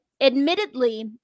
Admittedly